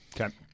Okay